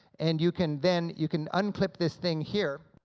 and you can, then, you can unclip this thing here,